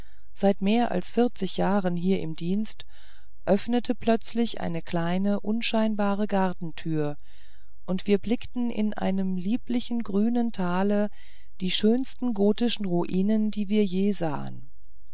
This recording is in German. seit mehr als vierzig jahren hier in dienst öffnete plötzlich eine kleine unscheinbare gartentür und wir erblickten in einem lieblichen grünen tale die schönsten gotischen ruinen die wir je sahen